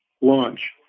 launch